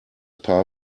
paar